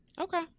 Okay